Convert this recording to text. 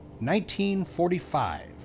1945